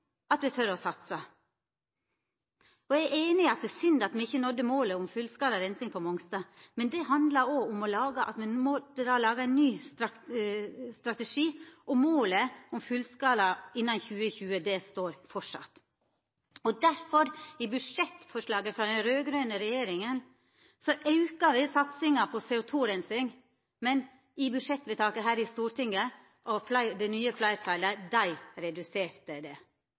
at me tør å satsa. Eg er einig i at det er synd at me ikkje nådde målet om fullskala reinsing på Mongstad, men det handlar òg om at me må laga ein ny strategi, og målet om fullskala innan 2020 står fortsatt. I budsjettforslaga frå den raud-grøne regjeringa auka vi satsinga på CO2-rensing, men i budsjettvedtaket her i Stortinget reduserte det nye fleirtalet